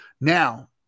Now